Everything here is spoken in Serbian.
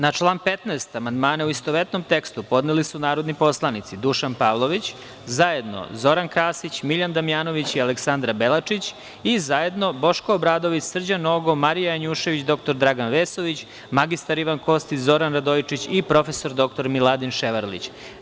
Na član 15. amandmane, u istovetnom tekstu, podneli su narodni poslanici Dušan Pavlović, zajedno Zoran Krasić, Miljan Damjanović i Aleksandra Belačić i zajedno Boško Obradović, Srđan Nogo, Marija Janjušević, dr Dragan Vesović, mr Ivan Kostić, Zoran Radojičić i prof. dr Miladin Ševarlić.